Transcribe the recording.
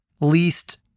least